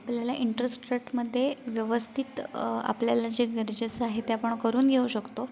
आपल्याला इंटरेस्ट रेटमध्ये व्यवस्थित आपल्याला जे गरजेचं आहे ते आपण करून घेऊ शकतो